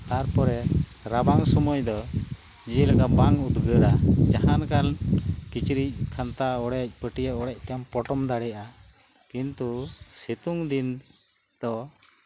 ᱛᱟᱨᱯᱚᱨᱮ ᱨᱟᱵᱟᱝ ᱥᱚᱢᱚᱭ ᱫᱚ ᱡᱮᱞᱮᱠᱟ ᱵᱟᱝ ᱩᱫᱽᱜᱟᱹᱨᱼᱟ ᱡᱟᱦᱟᱸᱞᱮᱠᱟᱱ ᱠᱤᱪᱨᱤᱪ ᱠᱷᱟᱱᱛᱷᱟ ᱚᱲᱮᱡ ᱯᱟᱹᱴᱭᱟᱹ ᱛᱮᱢ ᱯᱚᱴᱚᱢ ᱫᱟᱲᱮᱭᱟᱜᱼᱟ ᱠᱤᱱᱛᱩ ᱥᱤᱛᱩᱝ ᱫᱤᱱ ᱫᱚ